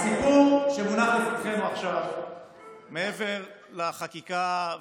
הסיפור שמונח לפתחנו עכשיו מעבר לחקיקה,